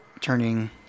turning